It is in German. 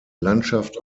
landschaft